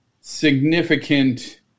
significant